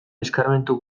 eskarmentu